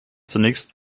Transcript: zunächst